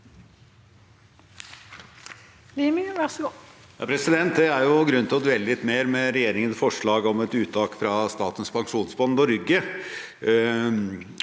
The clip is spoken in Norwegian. Det er grunn til å dvele litt mer ved regjeringens forslag om et uttak fra Statens pensjonsfond Norge